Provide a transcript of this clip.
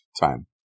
time